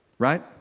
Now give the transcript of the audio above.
right